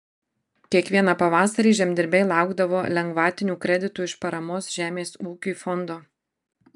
kiekvieną pavasarį žemdirbiai laukdavo lengvatinių kreditų iš paramos žemės ūkiui fondo